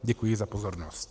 Děkuji za pozornost.